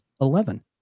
eleven